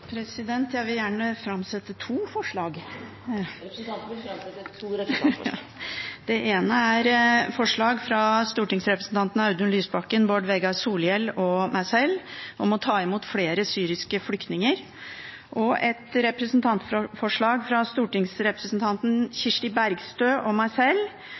fra stortingsrepresentantene Audun Lysbakken, Bård Vegar Solhjell og meg sjøl om å ta imot flere syriske flyktninger, og et representantforslag fra stortingsrepresentanten Kirsti Bergstø og meg